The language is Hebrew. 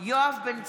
יואב בן צור,